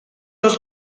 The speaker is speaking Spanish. los